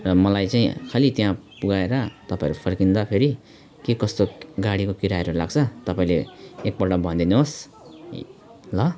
र मलाई चाहिँ खाली त्यहाँ पुर्याएर तपाईँहरू फर्किँदाखेरि के कस्तो गाडी किरायाहरू लाग्छ तपाईँले एकपल्ट भनिदिनु होस् ल